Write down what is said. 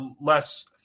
less